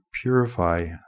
purify